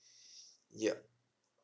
yup